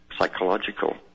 Psychological